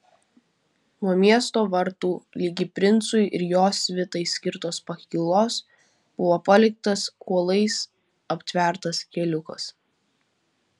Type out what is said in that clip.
nuo miesto vartų ligi princui ir jo svitai skirtos pakylos buvo paliktas kuolais aptvertas keliukas